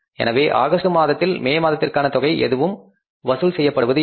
எனவே ஆகஸ்ட் மாதத்தில் மே மாதத்திற்கான தொகை எதுவும் வசூல் செய்யப்படுவது இல்லை